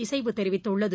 இசைவு தெரிவித்துள்ளது